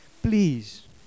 please